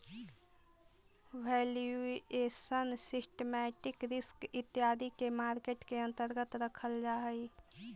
valuation, systematic risk इत्यादि के market के अंतर्गत रखल जा हई